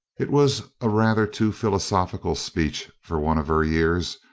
it was a rather too philosophical speech for one of her years,